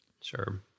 Sure